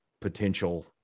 potential